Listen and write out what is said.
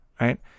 right